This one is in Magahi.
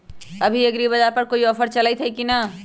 अभी एग्रीबाजार पर कोई ऑफर चलतई हई की न?